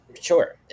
Sure